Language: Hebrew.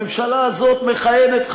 הממשלה הזאת מכהנת,